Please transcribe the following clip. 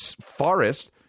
forest